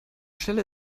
stelle